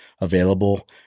available